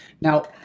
Now